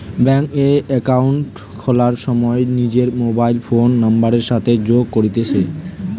bank এ account খোলার সময় নিজর মোবাইল ফোন নাম্বারের সাথে যোগ করতিছে